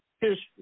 history